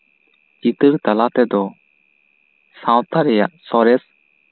ᱪᱤᱛᱟᱹᱨ ᱛᱟᱞᱟ ᱛᱮᱫᱚ ᱥᱟᱶᱛᱟ ᱨᱮᱭᱟᱜ ᱥᱚᱨᱮᱥ